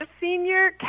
senior